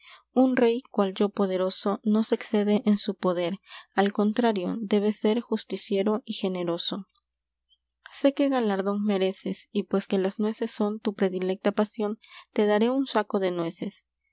e y cual yo poderoso ncyse excede en su poder érario debe ser sútwto y generoso sé que galardón mereces y pues que las nueces son tu predilecta pasión te daré un saco de nueces